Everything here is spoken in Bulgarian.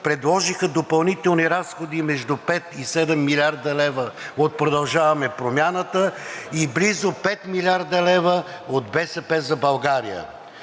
предложиха допълнителни разходи между 5 и 7 млрд. лв. от „Продължаваме Промяната“ и близо 5 млрд. лв. от „БСП за България“.